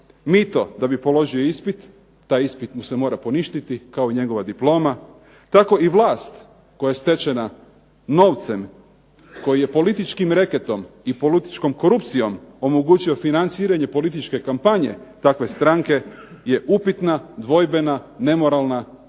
mito da bi položio ispit, taj ispit mu se mora poništiti kao i njegova diploma. Tako i vlast koja je stečena novcem koji je političkim reketom i političkom korupcijom omogućio financiranje političke kampanje takva stranke je upitna, dvojbena, nemoralna